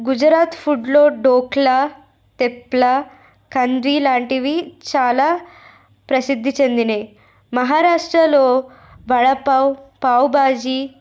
గుజరాత్ ఫుడ్లో డోక్లా తెప్ల కండ్రీ లాంటివి చాలా ప్రసిద్ధి చెందినవి మహారాష్ట్రలో వడపావ్ పావుబాజీ